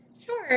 sure,